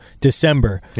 December